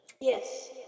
Yes